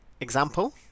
example